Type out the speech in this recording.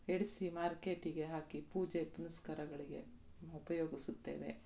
ಎಡ್ಸಿ ಮಾರ್ಕೆಟಿಗೆ ಹಾಕಿ ಪೂಜೆ ಪುನಸ್ಕಾರಗಳಿಗೆ ಉಪಯೋಗಿಸುತ್ತೇವೆ